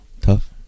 Tough